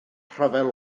rhyfel